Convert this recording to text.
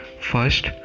First